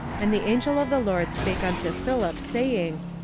and the angel of the lord spake unto philip, saying,